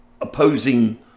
opposing